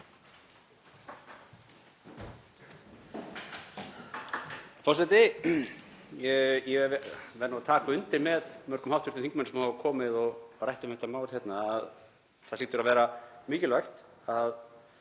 Forseti. Ég verð nú að taka undir með mörgum hv. þingmönnum sem hafa komið og rætt um þetta mál að það hlýtur að vera mikilvægt að